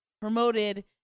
promoted